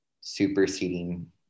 superseding